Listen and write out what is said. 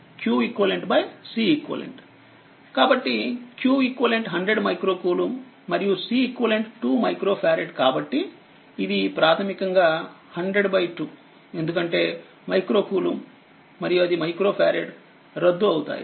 కాబట్టిqeq100మైక్రో కూలుంబ్మరియుCeq 2మైక్రో ఫారెడ్కాబట్టిఇది ప్రాథమికంగా1002ఎందుకంటే మైక్రో కూలుంబ్ మరియు అది మైక్రో ఫారెడ్ రద్దు అవుతాయి